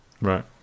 Right